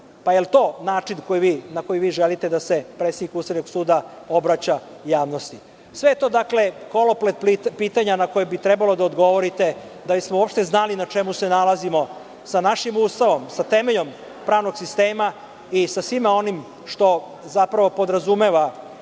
Da li je to način na koji vi želite da se predsednik Ustavnog suda obraća javnosti? Sve je to koloplet pitanja na koja bi trebalo da odgovorite, da bismo uopšte znali na čemu se nalazimo sa našim Ustavom, sa temeljom pravnog sistema i sa svim onim što podrazumeva